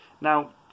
Now